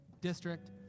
district